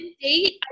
date